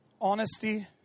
honesty